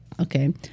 okay